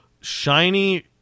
Shiny